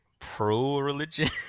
pro-religion